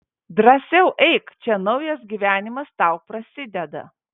drąsiau eik čia naujas gyvenimas tau prasideda